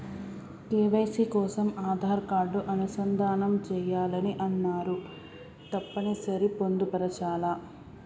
KYC కోసం Aadhaar card అనుసంధానం చేయాలని అన్నరు తప్పని సరి పొందుపరచాలా?